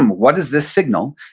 and what is this signal?